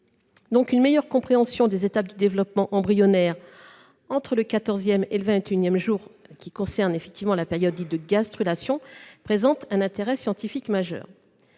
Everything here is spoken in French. ! Une meilleure compréhension des étapes du développement embryonnaire entre le quatorzième et le vingt et unième jour, qui concernent effectivement la période dite de gastrulation, présente un intérêt scientifique majeur.